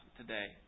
today